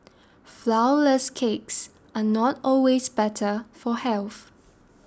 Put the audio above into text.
Flourless Cakes are not always better for health